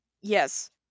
Yes